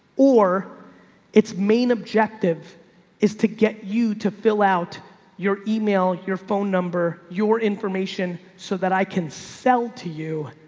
or its main objective is to get you to fill out your email, your phone number, your information so that i can sell to you